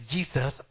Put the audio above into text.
Jesus